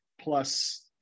plus